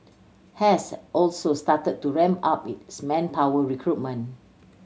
has also started to ramp up its manpower recruitment